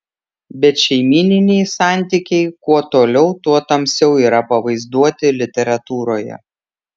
bet šeimyniniai santykiai kuo toliau tuo tamsiau yra pavaizduoti literatūroje